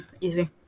easy